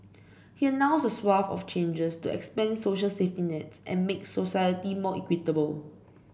he announced a swathe of changes to expand social safety nets and make society more equitable